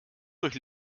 durch